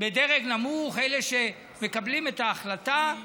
בדרג נמוך, אלה שמקבלים את ההחלטה,